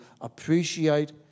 appreciate